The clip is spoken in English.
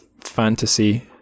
fantasy